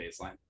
baseline